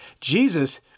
Jesus